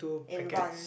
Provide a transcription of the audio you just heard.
in one